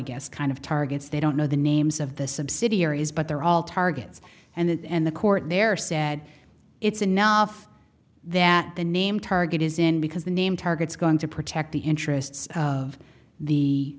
guess kind of targets they don't know the names of the subsidiaries but they're all targets and the court there said it's enough that the name target is in because the name target's going to protect the interests of the